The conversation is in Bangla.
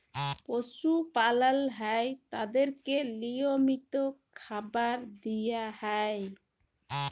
পশু পালল হ্যয় তাদেরকে লিয়মিত খাবার দিয়া হ্যয়